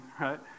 right